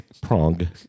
Prong